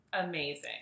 amazing